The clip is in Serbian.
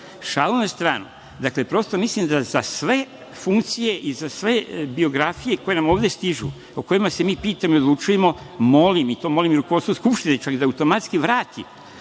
na stranu, dakle, prosto mislim da za sve funkcije i za sve biografije koje nam ovde stižu, o kojima se mi pitamo i odlučujemo, molim, i to molim rukovodstvo Skupštine čak da automatski vrati